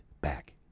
back